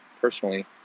personally